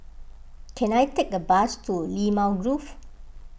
can I take a bus to Limau Grove